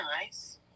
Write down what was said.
nice